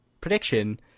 prediction